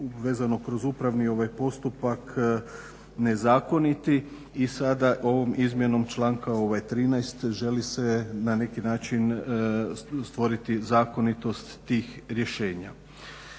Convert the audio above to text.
vezano kroz upravni postupak nezakoniti i sada ovom izmjenom članka 13. želi se na neki način stvoriti zakonitost tih rješenja.